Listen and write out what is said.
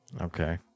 Okay